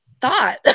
thought